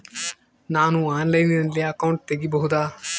ನಾನು ಆನ್ಲೈನಲ್ಲಿ ಅಕೌಂಟ್ ತೆಗಿಬಹುದಾ?